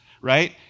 right